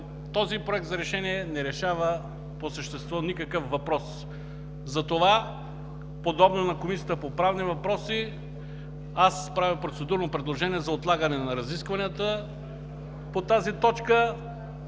този проект за решение не решава по същество никакъв въпрос. Затова подобно в Комисията по правни въпроси аз правя процедурно предложение за отлагане на разискванията по тази точка,